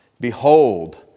Behold